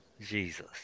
jesus